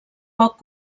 poc